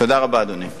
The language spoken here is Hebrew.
תודה רבה, אדוני.